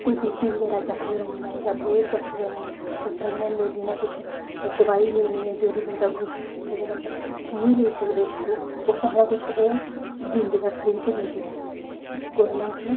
कोई B P बगैरा check करोआना ऐ जां वेट चैक्क करोआना ऐ जां प्रैगनैंट लेडी ने कुछ दोआई लैनी ऐ जेह्ड़ी बंदा कोई जेह्ड़ी बंदा नेईं लेई सकदे बाह्रों ओह् सारा कुछ ओह् दिंदे ऐ फ्री च दिंदे ऐ गौरमैंट ने